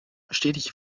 stetig